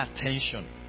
attention